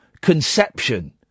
conception